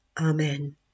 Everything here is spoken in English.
Amen